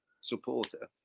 supporter